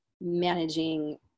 managing